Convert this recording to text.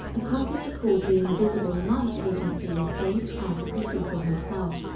a company called the invisible light agency was based out of the cecil hotel.